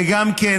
וגם כן,